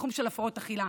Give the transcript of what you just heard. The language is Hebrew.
בתחום של הפרעות אכילה,